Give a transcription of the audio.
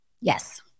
yes